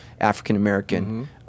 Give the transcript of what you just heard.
African-American